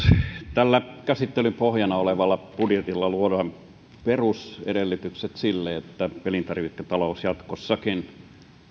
tällä käsittelyn pohjana olevalla budjetilla luodaan perusedellytykset sille että elintarviketalous jatkossakin